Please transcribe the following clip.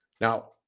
Now